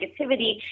negativity